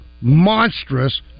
monstrous